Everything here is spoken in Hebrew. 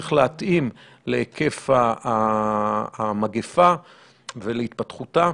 צריך להתאים להיקף המגפה ולהתפתחותה.